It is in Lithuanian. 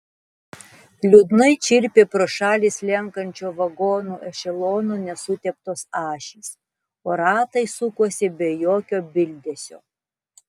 liūdnai čirpė pro šalį slenkančio vagonų ešelono nesuteptos ašys o ratai sukosi be jokio bildesio